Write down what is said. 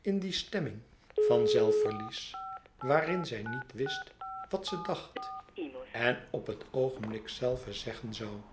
in die stemming van zelfverlies waarin zij niet wist wat ze dacht en op het oogenblik zelve zeggen zoû